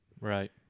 Right